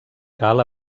cal